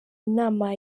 inama